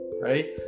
right